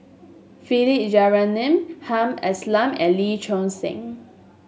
Philip Jeyaretnam Hamed Ismail and Lee Choon Seng